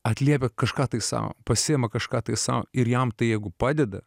atlieka kažką tai sau pasiima kažką tai sau ir jam tai jeigu padeda